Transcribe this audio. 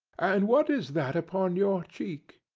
and what is that upon your cheek?